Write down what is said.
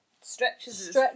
stretches